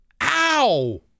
ow